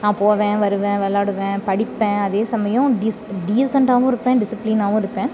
நான் போவேன் வருவேன் விளாடுவேன் படிப்பேன் அதே சமயம் டீஸ் டீசண்டாகவும் இருப்பேன் டிசிப்ளினாகவும் இருப்பேன்